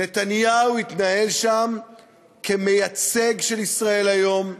נתניהו התנהל שם כמייצג של "ישראל היום",